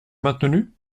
maintenu